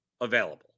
available